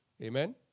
Amen